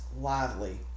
lively